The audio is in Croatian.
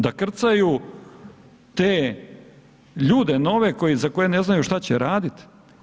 Da krcaju te ljude nove za koje ne znaju šta će raditi?